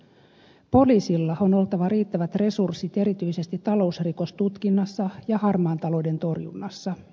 poliisilla on oltava riittävät resurssit erityisesti talousrikostutkinnassa ja harmaan talouden torjunnassa